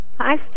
Hi